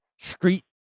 street